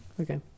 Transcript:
okay